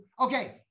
Okay